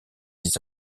dix